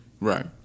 Right